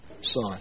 Son